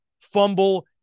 fumble